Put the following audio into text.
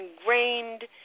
ingrained